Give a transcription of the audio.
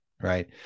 right